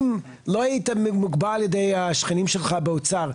אם לא היית מוגבל על-ידי השכנים שלך באוצר,